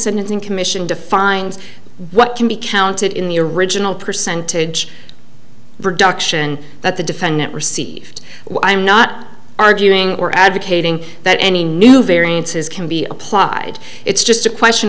sentencing commission defines what can be counted in the original percentage reduction that the defendant received i am not arguing or advocating that any new variances can be applied it's just a question